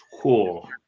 cool